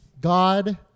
God